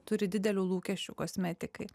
turi didelių lūkesčių kosmetikai